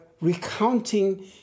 recounting